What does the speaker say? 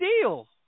deal